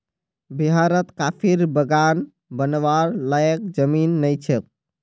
बिहारत कॉफीर बागान बनव्वार लयैक जमीन नइ छोक